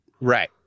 Right